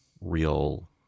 real